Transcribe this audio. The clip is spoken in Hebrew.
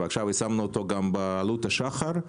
ועכשיו יישמנו אותו גם בעלות השחר,